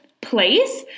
place